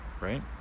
right